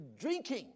drinking